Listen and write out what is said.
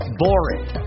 boring